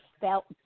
felt